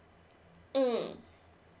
mmhmm